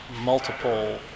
multiple